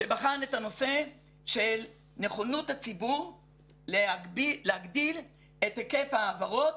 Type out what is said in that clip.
שבחן את הנושא של נכונות הציבור להגדיל את היקף העברות,